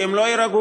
כי הם לא יירגעו.